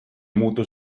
muutu